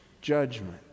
judgment